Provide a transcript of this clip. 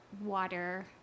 water